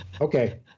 Okay